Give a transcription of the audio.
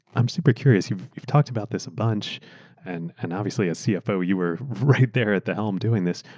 i'm super curious. you've you've talked about this a bunch and and obviously a cfo, you were right there at the helm doing this.